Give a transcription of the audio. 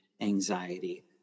anxiety